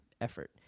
effort